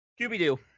Scooby-Doo